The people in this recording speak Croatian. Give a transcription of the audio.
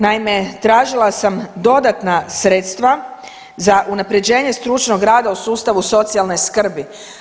Naime, tražila sam dodatna sredstva za unaprjeđenje stručnog rada u sustavu socijalne skrbi.